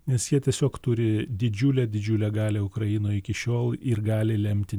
nes jie tiesiog turi didžiulę didžiulę galią ukrainoj iki šiol ir gali lemti